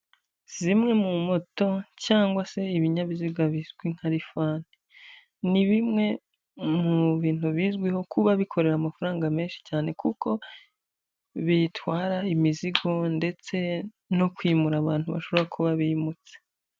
Zimwe mu moto cg se ibinyabiziga bizwi nka lifani ni bimwe mu bintu bizwiho kuba bikorera amafaranga menshi cyane kuko bitwara imizigo ndetse no kwimura abantu bashobora kuba bimutse.